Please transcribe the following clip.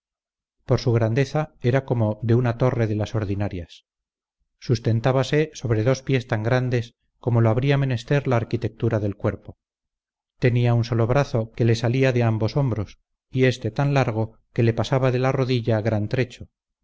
por su grandeza era como de una torre de las ordinarias sustentábase sobre dos pies tan grandes como lo había menester la arquitectura del cuerpo tenía un solo brazo que le salía de ambos hombros y éste tan largo que le pasaba de la rodilla gran trecho